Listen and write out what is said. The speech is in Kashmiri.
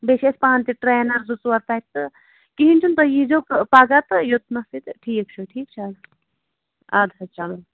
بیٚیہِ چھِ اَسہِ پانہٕ تہِ ٹرینر زٕ ژور تَتہِ تہٕ کِہیٖنٛۍ چھُنہٕ تُہۍ ییٖزیٚو پَگاہ تہٕ یوٚتنَسٕے تہٕ ٹھیٖک چھُ ٹھیٖک چھُو حظ اَدٕ حظ چلو